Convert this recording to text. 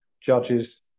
judges